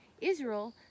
Israel